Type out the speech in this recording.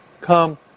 Come